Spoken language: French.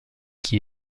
qui